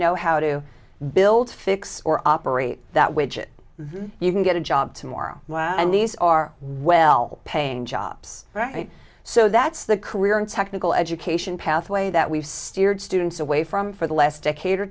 know how to build fix or operate that which it then you can get a job tomorrow and these are well paying jobs right so that's the career and technical education pathway that we've steered students away from for the last decade or